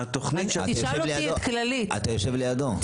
אתה יושב לידו.